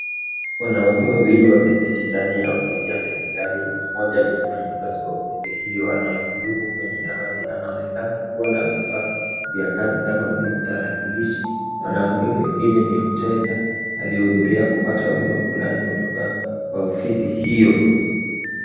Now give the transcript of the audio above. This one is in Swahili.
Wanawake wawili wameketi ndani ya ofisi ya serikali mmoja ni mfanyikazi wa ofisi hiyo anayeudumu kwenye dawati anaonekana kuwa na vifaa za kazi kama vile tarakilishi mwanamke mwingine ni mteja aliyehudhuria kupata huduma fulani kutoka kwa ofisi hiyo.